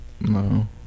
no